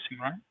right